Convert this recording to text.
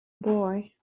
boy